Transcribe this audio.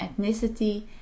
ethnicity